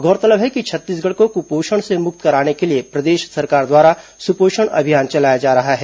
गौरतलब है कि छत्तीसगढ़ को कुपोषण से मुक्त कराने के लिए प्रदेश सरकार द्वारा सुपोषण अभियान चलाया जा रहा है